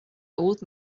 old